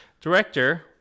Director